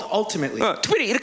ultimately